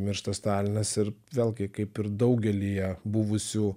miršta stalinas ir vėlgi kaip ir daugelyje buvusių